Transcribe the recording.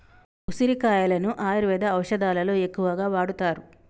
ఉసిరికాయలను ఆయుర్వేద ఔషదాలలో ఎక్కువగా వాడుతారు